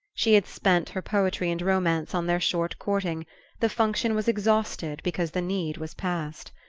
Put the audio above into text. she had spent her poetry and romance on their short courting the function was exhausted because the need was past.